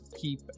keep